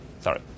Sorry